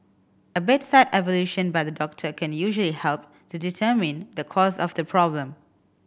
a bedside evaluation by the doctor can usually help to determine the cause of the problem